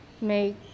make